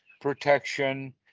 protection